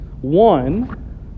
One